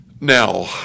Now